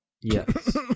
Yes